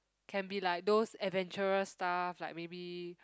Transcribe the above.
can be like those adventurous stuff like maybe